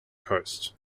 coast